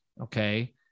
okay